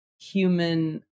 human